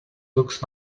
looks